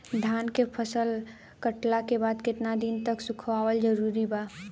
धान के फसल कटला के बाद केतना दिन तक सुखावल जरूरी बा?